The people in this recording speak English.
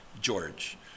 George